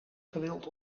gewild